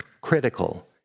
Critical